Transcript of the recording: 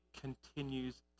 continues